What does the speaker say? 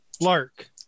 Lark